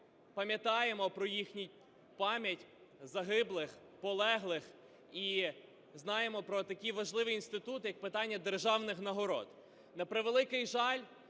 пам'ятаємо про їхню пам'ять загиблих, полеглих, і знаємо про такий важливий інститут як питання державних нагород.